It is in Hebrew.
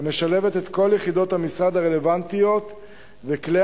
המשלבת את כל יחידות המשרד הרלוונטיות וכלי